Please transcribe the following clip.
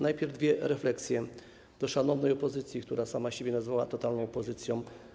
Najpierw dwie refleksje do szanownej opozycji, która sama siebie nazwała totalną opozycją.